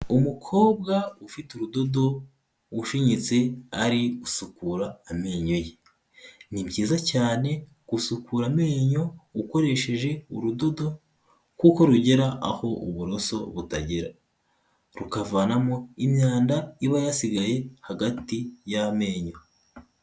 Umukobwa ufite urudodo, ushinyitse ari gusukura amenyo ye, ni byiza cyane gusukura amenyo ukoresheje urudodo kuko rugera aho uburoso butagera, rukavanamo imyanda iba yasigaye hagati y'amenyo.